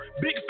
big